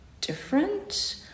different